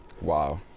Wow